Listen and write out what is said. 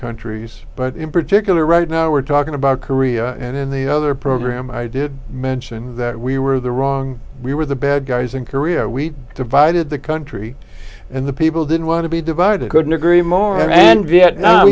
countries but in particular right now we're talking about korea and in the other program i did mention that we were the wrong we were the bad guys in korea we divided the country and the people didn't want to be divided couldn't agree more and vietnam